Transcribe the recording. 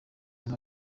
nka